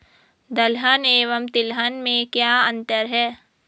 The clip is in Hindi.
दलहन एवं तिलहन में क्या अंतर है?